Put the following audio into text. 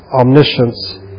omniscience